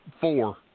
Four